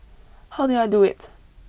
how did I do it